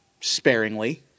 sparingly